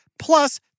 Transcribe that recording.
plus